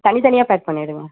தனித்தனியாக பேக் பண்ணிவிடுங்க